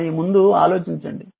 కానీ ముందు ఆలోచించండి